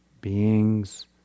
beings